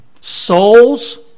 souls